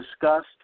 discussed